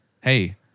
Hey